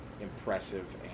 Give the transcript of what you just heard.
impressive